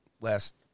last